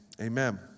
Amen